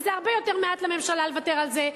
וזה הרבה פחות לממשלה לוותר על זה,